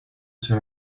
ser